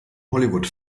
hollywood